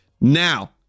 Now